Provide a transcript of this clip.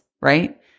right